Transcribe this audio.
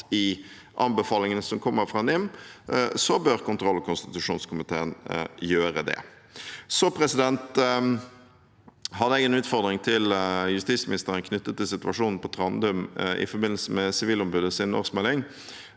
i anbefalingene som kommer fra NIM, bør kontroll- og konstitusjonskomiteen gjøre det. Så hadde jeg en utfordring til justisministeren knyttet til situasjonen på Trandum i forbindelse med Sivilombudets årsmelding.